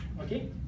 Okay